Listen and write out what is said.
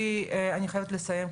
אני חייבת לסיים,